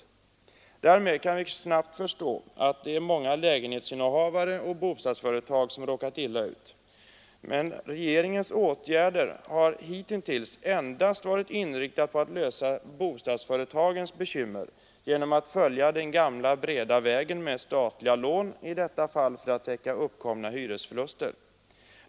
Därmed kan vi snabbt förstå att det är många lägenhetsinnehavare och bostadsföretag som råkat illa ut. Men regeringens åtgärder har hitintills endast varit inriktade på att lösa bostadsföretagens bekymmer genom att följa den gamla breda vägen med statliga lån, i detta fall för att täcka uppkommna hyresförluster.